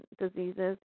diseases